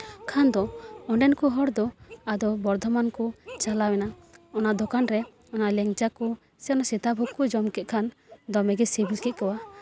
ᱠᱷᱟᱱ ᱠᱚ ᱚᱸᱰᱮᱱ ᱠᱚ ᱦᱚᱲ ᱠᱚ ᱵᱚᱨᱫᱷᱚᱢᱟᱱ ᱠᱚ ᱪᱟᱞᱟᱣ ᱮᱱᱟ ᱚᱱᱟ ᱫᱚᱠᱟᱱ ᱨᱮ ᱚᱱᱟ ᱞᱮᱝᱪᱟ ᱠᱚ ᱥᱮ ᱚᱱᱟ ᱥᱤᱛᱟᱵᱷᱳᱜᱽ ᱠᱚ ᱡᱚᱢ ᱠᱮᱜ ᱠᱷᱟᱱ ᱫᱚᱢᱮᱜᱮ ᱥᱤᱵᱤᱞ ᱠᱮᱫ ᱠᱚᱣᱟ